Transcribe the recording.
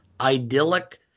idyllic